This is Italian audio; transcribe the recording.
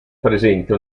presente